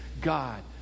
God